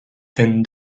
ten